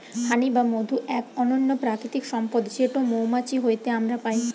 হানি বা মধু এক অনন্য প্রাকৃতিক সম্পদ যেটো মৌমাছি হইতে আমরা পাই